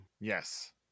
Yes